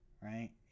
Right